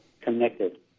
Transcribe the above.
connected